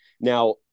Now